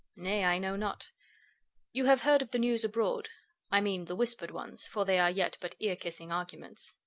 nay, i know not you have heard of the news abroad i mean the whispered ones, for they are yet but ear-kissing arguments?